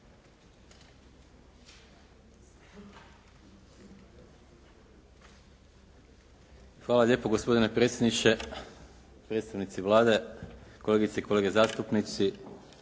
Hvala lijepo gospodine predsjedniče. Predstavnici Vlade, kolegice i kolege zastupnici.